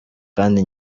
kandi